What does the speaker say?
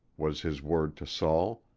was his word to saul,